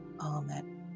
Amen